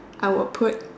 I would put